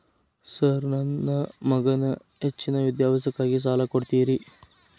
Sir ನನ್ನ ಮಗನ ಹೆಚ್ಚಿನ ವಿದ್ಯಾಭ್ಯಾಸಕ್ಕಾಗಿ ಸಾಲ ಕೊಡ್ತಿರಿ?